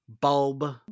bulb